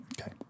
Okay